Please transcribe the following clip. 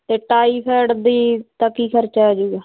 ਅਤੇ ਟਾਈਫਾਈਡ ਦੀ ਦਾ ਕੀ ਖ਼ਰਚਾ ਆ ਜੂਗਾ